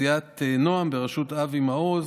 3. סיעת נעם בראשות אבי מעוז,